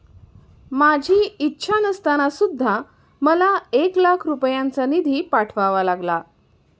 माझी इच्छा नसताना सुद्धा मला एक लाख रुपयांचा निधी पाठवावा लागला